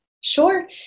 Sure